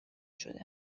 شده